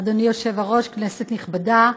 אדוני היושב-ראש, כנסת נכבדה,